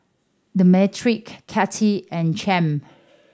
Demetri Kitty and Champ